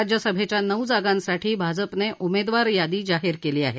राज्यसभेच्या नऊ जागांसाठी भाजपने उमेदवार यादी जाहीर केली आहे